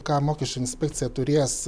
ką mokesčių inspekcija turės